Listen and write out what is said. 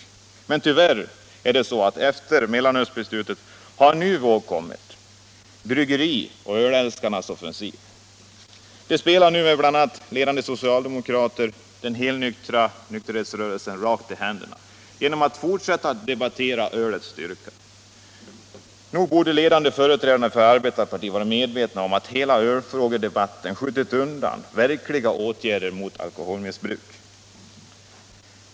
Men det är tyvärr så, att efter mellanölsbeslutet har en ny våg kommit, nämligen bryggeriernas och ölälskarnas offensiv. Bl. a. ledande socialdemokrater spelar nu den helnyktra nykterhetsrörelsen rakt i händerna genom att fortsätta att debattera ölets alkoholstyrka. Nog borde ledande företrädare för ett arbetarparti vara medvetna om att hela öldebatten skjutit undan verkliga åtgärder mot alkoholmissbruk!